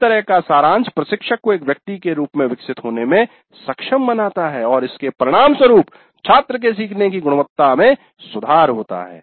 इस तरह का सारांश प्रशिक्षक को एक व्यक्ति के रूप में विकसित होने में सक्षम बनाता है और इसके परिणामस्वरूप छात्र के सीखने की गुणवत्ता में सुधार होता है